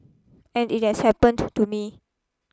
and it has happened to me